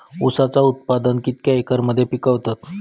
ऊसाचा उत्पादन कितक्या एकर मध्ये पिकवतत?